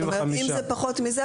אם זה פחות מזה,